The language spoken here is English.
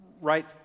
right